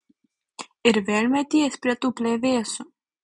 ir vėl meties prie tų plevėsų